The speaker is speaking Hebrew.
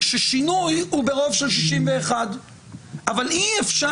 ששינוי הוא ברוב של 61. אבל אי-אפשר,